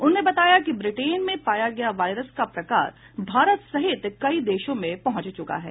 उन्होंने बताया कि ब्रिटेन में पाया गया वायरस का प्रकार भारत सहित कई देशों में पहुंच चुका है